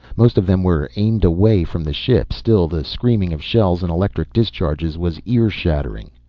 most of them were aimed away from the ship, still the scream of shells and electric discharges was ear-shattering.